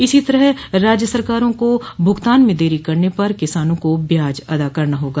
इसी तरह राज्य सरकारों को भुगतान में देरी करने पर किसानों को ब्याज अदा करना होगा